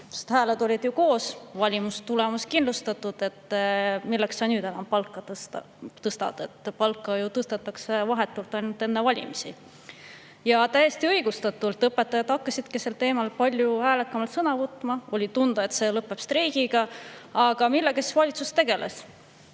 sõna. Hääled olid ju koos, valimistulemus kindlustatud – milleks nüüd enam palka tõsta, palka tõstetakse vahetult enne valimisi. Ja täiesti õigustatult õpetajad hakkasidki sel teemal palju häälekamalt sõna võtma. Oli tunda, et see lõpeb streigiga. Aga millega valitsus tegeles